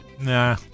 Nah